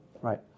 right